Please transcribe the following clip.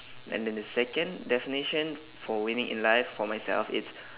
and then the second definition for winning in life for myself it's